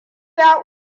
ya